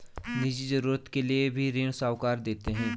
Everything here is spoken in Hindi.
निजी जरूरत के लिए भी ऋण साहूकार देते हैं